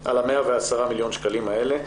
על ה-110 מיליון השאלה,